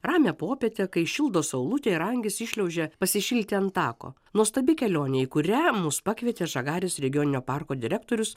ramią popietę kai šildo saulutė ir angys iššliaužia pasišildyti ant tako nuostabi kelionė į kurią mus pakvietė žagarės regioninio parko direktorius